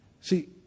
See